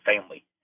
family